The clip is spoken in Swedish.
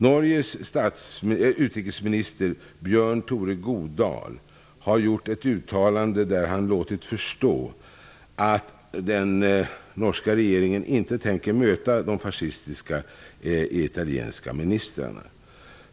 Norges utrikesminister Björn Tore Godal har gjort ett uttalande där han låtit förstå att den norska regeringen inte tänker möta de fascistiska italienska ministrarna.